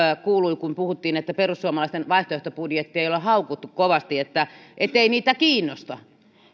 kuului kun puhuttiin että perussuomalaisten vaihtoehtobudjettia ei olla haukuttu kovasti ettei niitä kiinnosta